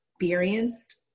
experienced